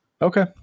Okay